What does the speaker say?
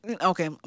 okay